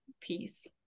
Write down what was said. peace